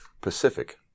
Pacific